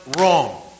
wrong